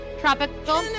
tropical